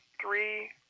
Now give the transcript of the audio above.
three